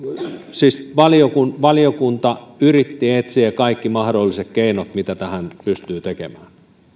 siis valiokunta valiokunta yritti etsiä kaikki mahdolliset keinot mitä tähän pystyy tekemään